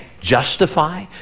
justify